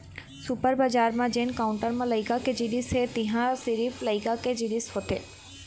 super बजार म जेन काउंटर म लइका के जिनिस हे तिंहा सिरिफ लइका के जिनिस होथे